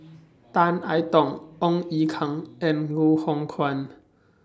Tan I Tong Ong Ye Kung and Loh Hoong Kwan